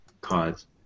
cause